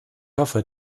hoffe